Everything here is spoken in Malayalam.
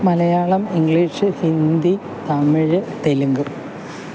മലയാളം ഇംഗ്ലീഷ് ഹിന്ദി തമിഴ് തെലുങ്ക്